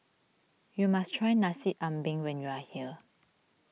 you must try Nasi Ambeng when you are here